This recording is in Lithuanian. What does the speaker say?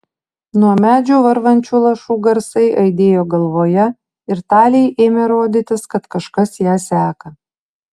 nuo medžių varvančių lašų garsai aidėjo galvoje ir talei ėmė rodytis kad kažkas ją seka